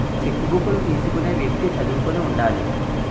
చెక్కుబుక్కులు తీసుకునే వ్యక్తి చదువుకుని ఉండాలి